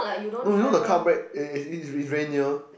no you know the car back eh it's very near